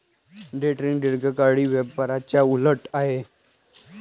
day trading दीर्घकालीन व्यापाराच्या उलट आहे